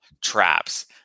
traps